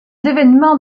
évènements